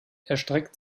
erstreckt